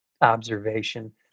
observation